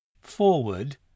Forward